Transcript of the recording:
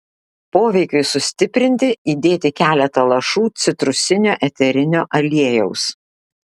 poveikiui sustiprinti įdėti keletą lašų citrusinio eterinio aliejaus